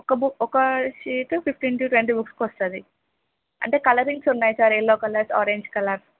ఒక్క బుక్ ఒక్క sheet fifteen two twenty బుక్స్కి వస్తుంది అంటే కలరింగ్స్ ఉన్నాయా sir yellow colour orange colour